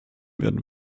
werden